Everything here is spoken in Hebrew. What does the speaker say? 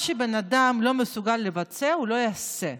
מה שבן אדם לא מסוגל לבצע הוא לא יעשה.